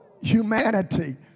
humanity